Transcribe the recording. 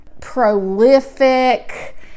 prolific